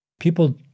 People